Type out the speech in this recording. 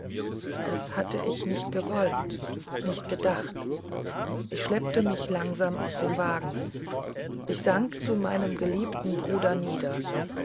das hatte ich nicht gewollt nicht gedacht ich schleppte mich langsam aus dem wagen ich sank zu meinem geliebten bruder nieder